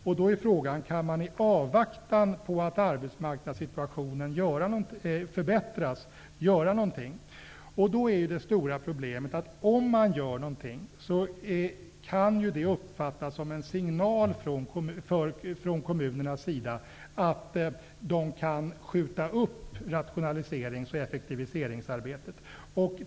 Frågan är då om man i avvaktan på att arbetsmarknadssituationen förbättras kan göra någonting på den punkten. Det stora problemet är att om kommunerna gör någonting, kan det uppfattas som en signal från deras sida att de kan skjuta upp rationaliseringsoch effektiviseringsarbetet.